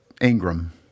Ingram